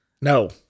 No